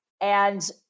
And-